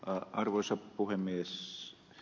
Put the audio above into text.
arvoisa puhemies